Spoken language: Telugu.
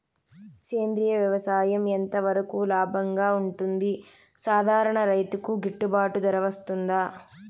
సేంద్రియ వ్యవసాయం ఎంత వరకు లాభంగా ఉంటుంది, సాధారణ రైతుకు గిట్టుబాటు ధర వస్తుందా?